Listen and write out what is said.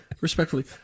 respectfully